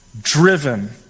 driven